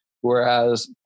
whereas